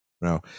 no